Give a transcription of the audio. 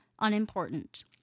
unimportant